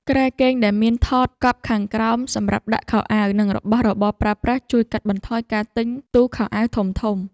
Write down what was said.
គ្រែគេងដែលមានថតកប់ខាងក្រោមសម្រាប់ដាក់ខោអាវនិងរបស់របរប្រើប្រាស់ជួយកាត់បន្ថយការទិញទូខោអាវធំៗ។